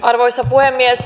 arvoisa puhemies